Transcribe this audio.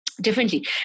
differently